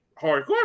hardcore